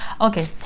Okay